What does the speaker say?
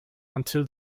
until